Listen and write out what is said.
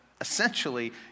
essentially